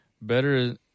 Better